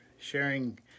sharing